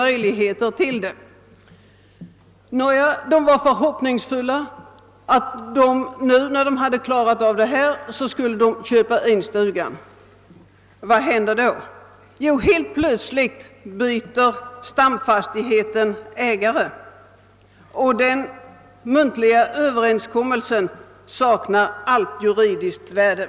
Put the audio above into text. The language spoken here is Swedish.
Nåja, dessa människor var förhoppningsfulla och räknade med att de när detta klarats av skulle kunna köpa in stugan. Vad händer? Jo, helt plötsligt byter stamfastigheten ägare och den muntliga överenskommelsen saknar allt juridiskt värde.